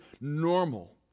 normal